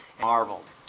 marveled